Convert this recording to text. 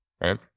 Right